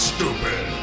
Stupid